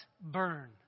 burn